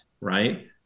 right